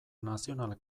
nazional